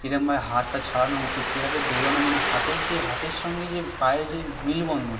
কীরমভাবে হাতটা ছাড়ানো উচিত কীভাবে দৌড়ানো মানে হাতের যে হাতের সঙ্গে যে পায়ে যে মেলবন্ধন